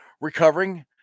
recovering